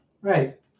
right